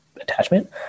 attachment